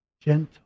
gentle